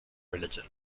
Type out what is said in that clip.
religion